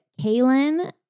Kalen